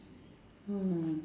mm